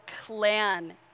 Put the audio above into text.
clan